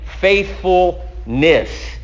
faithfulness